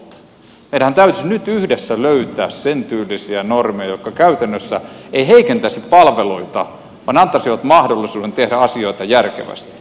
meidänhän täytyisi nyt yhdessä löytää sen tyylisiä normeja jotka käytännössä eivät heikentäisi palveluita vaan antaisivat mahdollisuuden tehdä asioita järkevästi